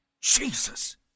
Jesus